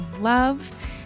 love